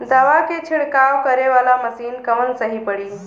दवा के छिड़काव करे वाला मशीन कवन सही पड़ी?